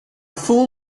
full